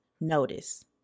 notice